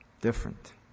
different